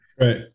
Right